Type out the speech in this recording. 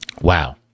wow